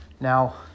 now